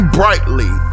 brightly